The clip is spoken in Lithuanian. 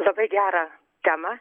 labai gerą temą